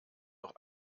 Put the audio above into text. noch